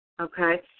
okay